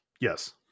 Yes